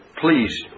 please